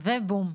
ובום.